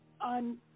on